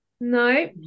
No